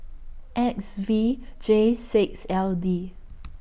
X V J six L D